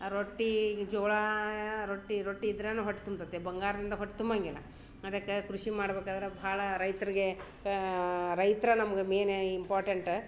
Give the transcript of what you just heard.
ರೊಟ್ಟಿಗೆ ಜೋಳ ರೊಟ್ಟಿ ರೊಟ್ಟಿ ಇದ್ರೇನೆ ಹೊಟ್ಟೆ ತುಂಬ್ತೈತೆ ಬಂಗಾರದಿಂದ ಹೊಟ್ಟೆ ತುಂಬೋಂಗಿಲ್ಲ ಅದಕ್ಕೆ ಕೃಷಿ ಮಾಡ್ಬೇಕಾದ್ರೆ ಬಹಳ ರೈತರಿಗೆ ರೈತ್ರು ನಮ್ಗೆ ಮೈನಾಗಿ ಇಂಪಾರ್ಟೆಂಟ್